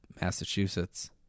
Massachusetts